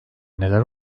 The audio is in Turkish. neler